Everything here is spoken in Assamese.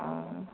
অঁ